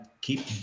keep